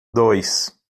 dois